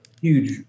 huge